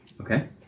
Okay